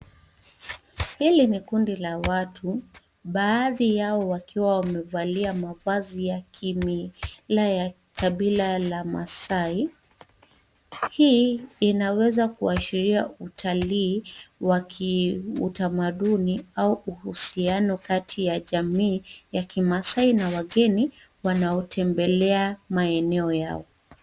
Hili ni kundi la watu, baadhi yao wakiwa wamevalia mavazi ya kimila ya kabila la Maasai. Hii inaweza kuashiria utalii wa kiutamaduni au uhusiano kati ya jamii ya kimaasai na wageni wanaotembelea maeneo yao.